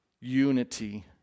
unity